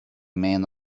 men